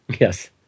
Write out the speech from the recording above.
Yes